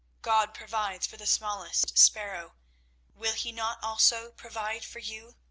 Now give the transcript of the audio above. god provides for the smallest sparrow will he not also provide for you?